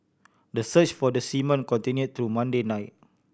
the search for the seamen continue through Monday night